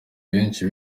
benshi